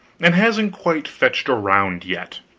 and hasn't quite fetched around yet,